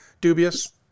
dubious